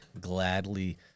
gladly